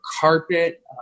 carpet